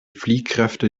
fliehkräfte